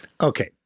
Okay